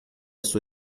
sua